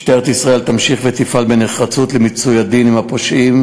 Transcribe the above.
משטרת ישראל תמשיך ותפעל בנחרצות למיצוי הדין עם הפושעים.